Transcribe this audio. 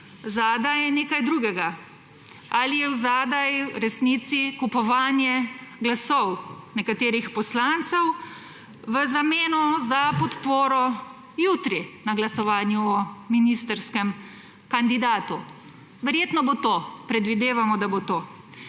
zadaj nekaj drugega. Ali je zadaj v resnici kupovanje glasov nekaterih poslancev v zameno za podporo jutri na glasovanju o ministrskem kandidatu? Verjetno bo to. Predvidevamo, da bo to.